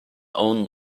own